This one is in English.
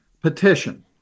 petition